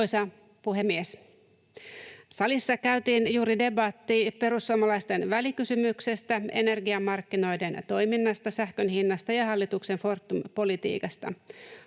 Arvoisa puhemies! Salissa käytiin juuri debatti perussuomalaisten välikysymyksestä energiamarkkinoiden toiminnasta, sähkön hinnasta ja hallituksen Fortum-politiikasta.